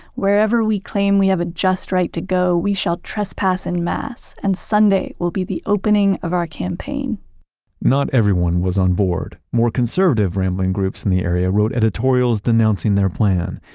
wherever we claim we have a just right to go we shall trespass en and masse, and sunday will be the opening of our campaign not everyone was on board. more conservative rambling groups in the area wrote editorials denouncing their plan,